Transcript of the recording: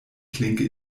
klinke